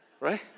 right